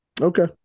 okay